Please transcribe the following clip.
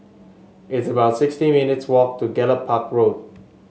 it's about sixty minutes' walk to Gallop Park Road